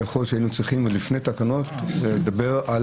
שיכול להיות שהיינו צריכים עוד לפני התקנות לדבר על